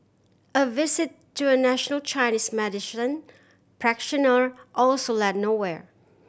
a visit to a national Chinese practitioner also led nowhere